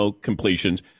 completions